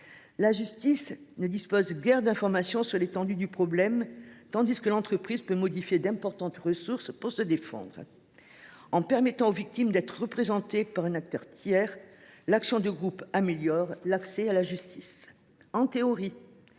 La victime ne dispose guère d’informations sur l’étendue du problème, tandis que l’entreprise peut mobiliser d’importantes ressources pour se défendre. En permettant aux victimes d’être représentées par un acteur tiers, l’action de groupe améliore l’accès à la justice. Mais